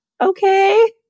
okay